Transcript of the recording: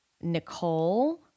Nicole